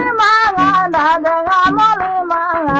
and um la ah and la la la la